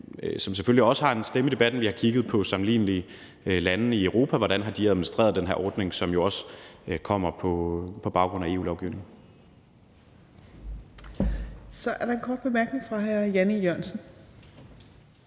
som selvfølgelig også har en stemme i debatten. Vi har kigget på sammenlignelige lande i Europa, altså hvordan de har administreret den her ordning, som jo også kommer på baggrund af EU-lovgivning. Kl. 15:05 Tredje næstformand (Trine